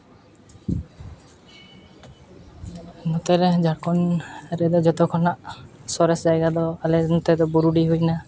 ᱱᱚᱛᱮ ᱨᱮ ᱡᱷᱟᱲᱠᱷᱚᱸᱰ ᱨᱮᱫᱚ ᱡᱚᱛᱚ ᱠᱷᱚᱱᱟᱜ ᱥᱚᱨᱮᱥ ᱡᱟᱭᱜᱟ ᱫᱚ ᱟᱞᱮ ᱱᱚᱛᱮ ᱫᱚ ᱵᱩᱨᱩᱰᱤ ᱦᱩᱭᱱᱟ